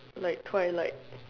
like twilight